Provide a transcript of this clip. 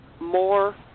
more